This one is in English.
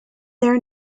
their